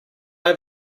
have